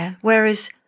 Whereas